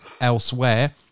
elsewhere